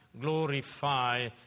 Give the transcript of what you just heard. glorify